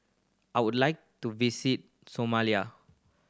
I would like to visit Somalia